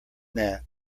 that